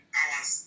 hours